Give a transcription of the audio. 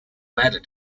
matter